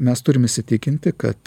mes turim įsitikinti kad